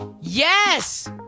Yes